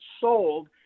sold